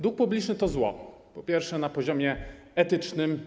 Dług publiczny to zło, po pierwsze, na poziomie etycznym.